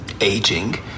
aging